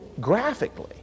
graphically